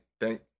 Thank